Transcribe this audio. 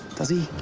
does he?